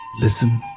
Listen